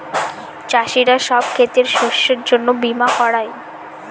চাষীরা সব ক্ষেতের শস্যের জন্য বীমা করায়